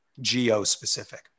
geo-specific